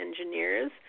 engineers